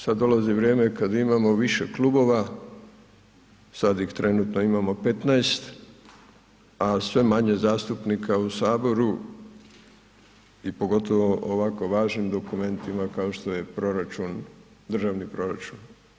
Sad dolazi vrijeme kad imamo više klubova, sad ih trenutno imamo 15, a sve manje zastupnika u Saboru i pogotovo ovako važan dokument ima kao što je proračun, državni proračun.